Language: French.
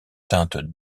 teinte